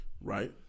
Right